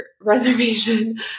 reservation